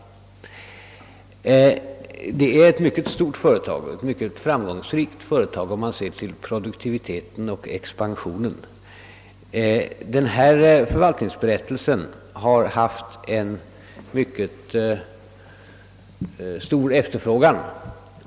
Företaget är mycket stort, och det är mycket framgångsrikt om man ser på produktiviteten och expansionen. Denna förvaltningsberättelse har haft en mycket stor efterfrågan.